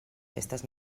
festes